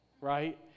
Right